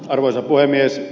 arvoisa puhemies